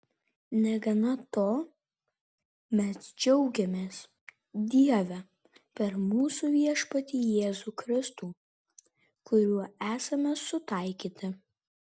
negana to mes džiaugiamės dieve per mūsų viešpatį jėzų kristų kuriuo esame sutaikyti